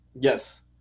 yes